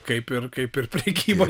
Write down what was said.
kaip ir kaip ir prekyba